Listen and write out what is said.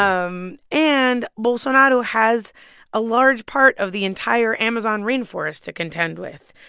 um and bolsonaro has a large part of the entire amazon rainforest to contend with.